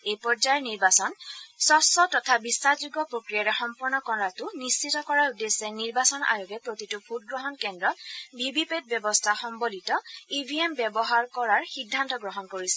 এই পৰ্যায়ৰ নিৰ্বাচন স্বচ্ছ তথা বিখাসযোগ্য প্ৰক্ৰিয়াৰে সম্পন্ন কৰাটো নিশ্চিত কৰাৰ উদ্দেশ্যে নিৰ্বাচন আয়োগে প্ৰতিটো ভোটগ্ৰহণ কেন্দ্ৰত ভি ভি পেট ব্যৱস্থা সন্বলিত ইভিএম ব্যৱহাৰ কৰাৰ সিদ্ধান্ত গ্ৰহণ কৰিছে